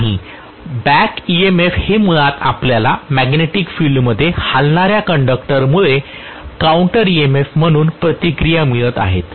professor नाही back EMF हे मुळात आपल्याला मॅग्नेटिक फील्ड मध्ये हलणाऱ्या कंडक्टरमुळे काउंटर ईएमएफ म्हणून प्रतिक्रिया मिळत आहेत